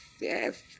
yes